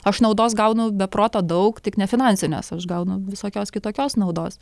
aš naudos gaunu be proto daug tik nefinansinės aš gaunu visokios kitokios naudos